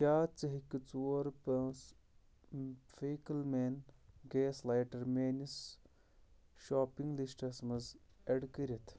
کیٛاہ ژٕ ہٮ۪کہٕ ژور پانژھ فیکل مین گیس لایٹر میٲنِس شاپنگ لسٹَس منٛز ایڈ کٔرِتھ